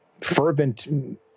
fervent